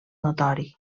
notori